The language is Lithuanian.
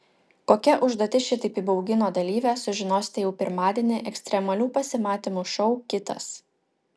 kokia užduotis šitaip įbaugino dalyvę sužinosite jau pirmadienį ekstremalių pasimatymų šou kitas